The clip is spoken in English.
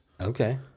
Okay